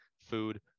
food